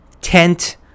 tent